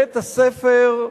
בית-הספר,